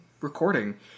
recording